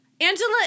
Angela